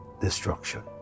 destruction